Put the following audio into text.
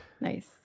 Nice